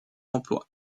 emploi